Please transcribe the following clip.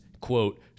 quote